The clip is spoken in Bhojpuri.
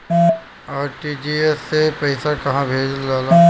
आर.टी.जी.एस से पइसा कहे भेजल जाला?